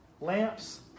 lamps